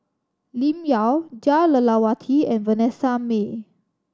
Lim Yau Jah Lelawati and Vanessa Mae